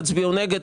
תצביעו נגד,